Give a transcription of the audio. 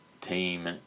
team